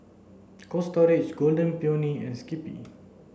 Cold Storage Golden Peony and Skippy